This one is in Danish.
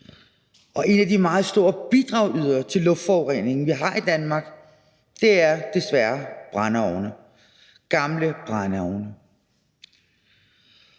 En af de meget store bidragydere til luftforureningen, vi har i Danmark, er desværre brændeovne – gamle brændeovne.